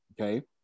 Okay